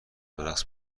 برقص